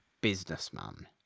businessman